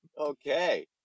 Okay